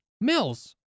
mills